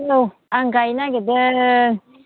औ आं गायनो नागिरदों